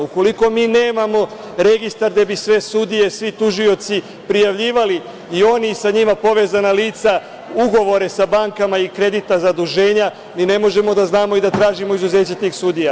Ukoliko mi nemamo registar gde bi sve sudije, svi tužioci prijavljivali, i oni i sa njima povezana lica, ugovore sa bankama i kreditna zaduženja, mi ne možemo da znamo i da tražimo izuzeće tih sudija.